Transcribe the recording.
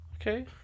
Okay